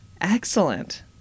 Excellent